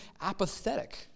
apathetic